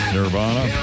Nirvana